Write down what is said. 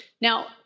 Now